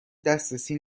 دسترسی